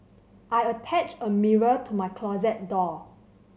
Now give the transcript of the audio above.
I attached a mirror to my closet door